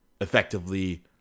effectively